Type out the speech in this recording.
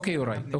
אוקיי, יוראי.